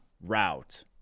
route